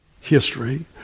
history